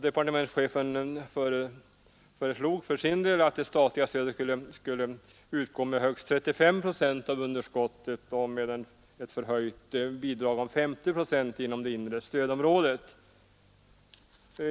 Departementschefen föreslår för sin del att det statliga stödet skall utgå med högst 35 procent av underskottet och med 50 procent inom det inre stödområdet.